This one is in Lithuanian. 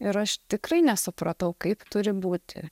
ir aš tikrai nesupratau kaip turi būti